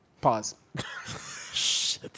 Pause